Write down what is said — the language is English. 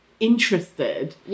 interested